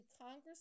Congress